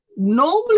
Normally